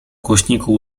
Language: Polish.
głośniku